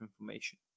information